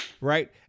Right